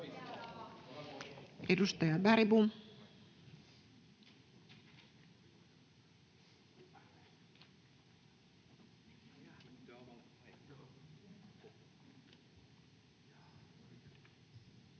Edustaja Lundén. Kiitos,